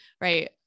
right